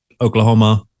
oklahoma